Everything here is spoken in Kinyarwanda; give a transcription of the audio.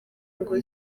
ngo